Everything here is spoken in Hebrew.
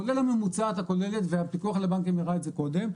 כולל הממוצעת הכוללת והפיקוח על הבנקים הראה את זה קודם,